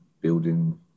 building